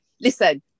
listen